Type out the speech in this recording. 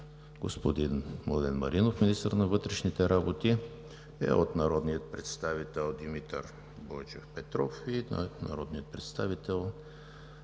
господин Младен Маринов – министър на вътрешните работи, е от народния представител Димитър Бойчев Петров и народния представител